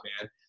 man